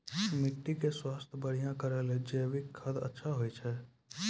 माटी के स्वास्थ्य बढ़िया करै ले जैविक खाद अच्छा होय छै?